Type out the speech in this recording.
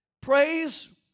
Praise